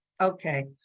Okay